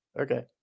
Okay